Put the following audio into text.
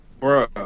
Bro